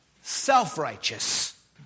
self-righteous